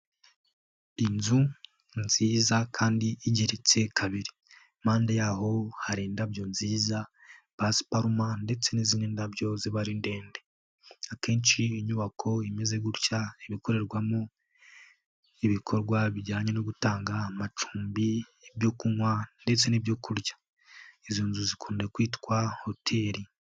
Inzu nziza kandi igeretse kabiri. Impande yaho hari indabyo nziza, Pasuparuma ndetse n'izindi ndabyo ziba ari ndende. Akenshi inyubako imeze gutya iba ikorerwamo ibikorwa bijyanye no gutanga amacumbi, ibyo kunywa ndetse n'ibyo kurya. Izo nzu zikunda kwitwa hoteli.